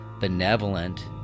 benevolent